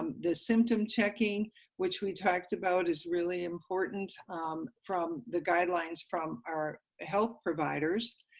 the symptom checking which we talked about is really important from the guidelines from our health providers,